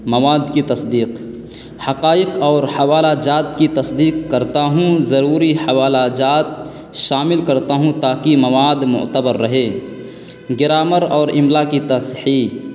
مواد کی تصدیق حقائق اور حوالہ جات کی تصدیق کرتا ہوں ضروری حوالہ جات شامل کرتا ہوں تاکہ مواد معتبر رہے گرامر اور املا کی تصحیح